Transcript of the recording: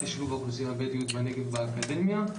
שילוב האוכלוסייה הבדואית בנגב באקדמיה.